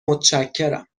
متشکرم